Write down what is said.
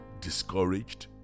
discouraged